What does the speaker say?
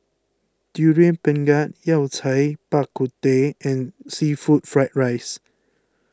Durian Pengat Yao Cai Bak Kut Teh and Seafood Fried Rice